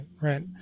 right